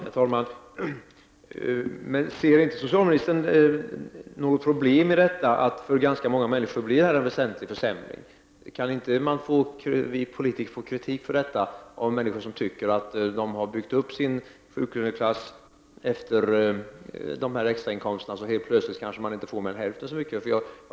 Herr talman! Men ser inte socialministern något problem i att det för ganska många människor blir en väsentlig försämring? Kan inte vi politiker få kritik från människor som har byggt upp sin sjuklöneklasstillhörighet på extrainkomster och som helt plötsligt kanske inte får mer än hälften så mycket i ersättning?